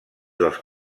dels